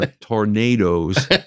Tornadoes